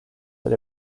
that